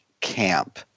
camp